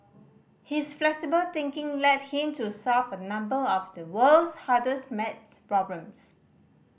his flexible thinking led him to solve a number of the world's hardest maths problems